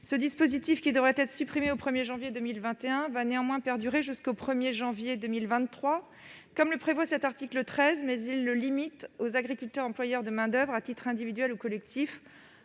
Ce dispositif, qui devait être supprimé au 1 janvier 2021, va néanmoins perdurer jusqu'au 1 janvier 2023, comme le prévoit l'article 13 du présent PLFSS. Toutefois, il est limité aux agriculteurs employeurs de main-d'oeuvre à titre individuel ou collectif-